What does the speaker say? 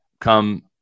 come